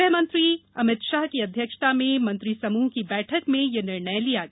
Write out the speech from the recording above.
गृहमंत्री अमित शाह की अध्यक्षता में मंत्रिसमूह की बैठक में यह निर्णय लिया गया